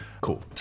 Cool